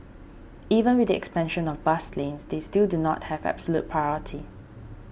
even with the expansion of bus lanes they still do not have absolute priority